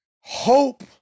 hope